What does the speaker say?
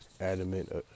adamant